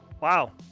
Wow